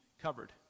covered